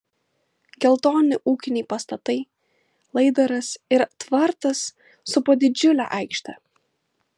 geltoni ūkiniai pastatai laidaras ir tvartas supo didžiulę aikštę